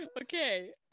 Okay